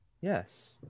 yes